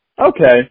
okay